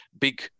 big